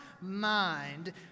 mind